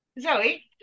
Zoe